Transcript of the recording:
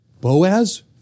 Boaz